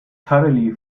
thoroughly